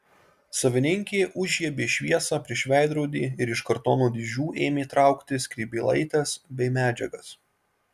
savininkė užžiebė šviesą prieš veidrodį ir iš kartono dėžių ėmė traukti skrybėlaites bei medžiagas